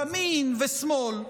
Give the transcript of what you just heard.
ימין ושמאל,